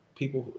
people